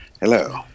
Hello